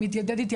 מתיידד איתי,